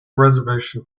reservation